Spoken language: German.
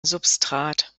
substrat